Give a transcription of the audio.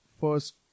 first